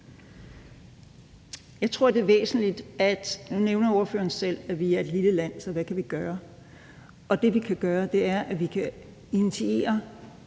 nævner ordføreren selv, at vi er et lille land, så hvad kan vi gøre? Det, vi kan gøre, er, at vi kan initiere